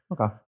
Okay